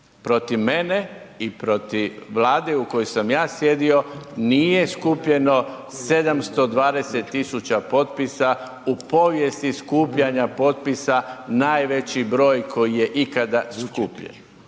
protiv mene i protiv Vlade u kojoj sam ja sjedio, nije skupljeno 720 000 potpisa u povijest skupljanja potpisa najveći broj koji je ikada skupljen.